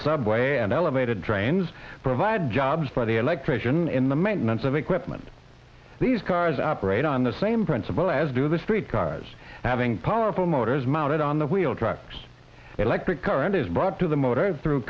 subway and elevated trains provide jobs for the electrician in the maintenance of equipment these cars operate on the same principle as do the street cars having powerful motors mounted on the wheel trucks electric current is brought to the motor through